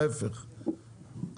ההיפך,